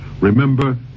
Remember